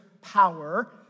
power